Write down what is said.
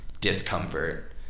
discomfort